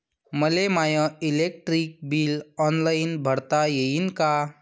मले माय electric bill online भरता येईन का?